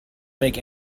make